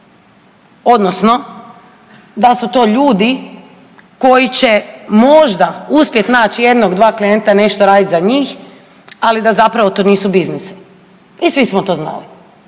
odnosno da su to ljudi koji će možda uspjet nać jednog dva klijenta i nešto radit za njih, ali da zapravo to nisu biznisi i svi smo to znali,